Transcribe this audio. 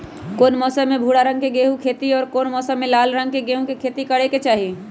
कौन मौसम में भूरा गेहूं के खेती और कौन मौसम मे लाल गेंहू के खेती करे के चाहि?